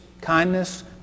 kindness